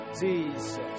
Jesus